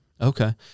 Okay